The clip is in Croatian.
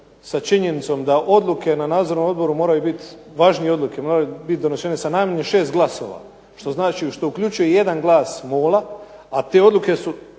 sa činjenicom da odluke na nadzornom odboru moraju biti važnije odluke, moraju biti donesene sa najmanje šest glasova što uključuje jedan glas MOL-a a te odluke su